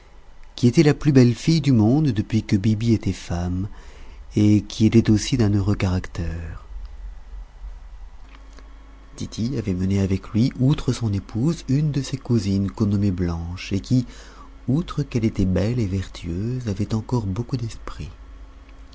qui était la plus belle fille du monde depuis que biby était femme et qui était aussi d'un heureux caractère tity avait mené avec lui outre son épouse une de ses cousines qu'on nommait blanche et qui outre qu'elle était belle et vertueuse avait encore beaucoup d'esprit